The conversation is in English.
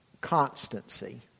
constancy